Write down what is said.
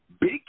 Big